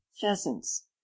Pheasants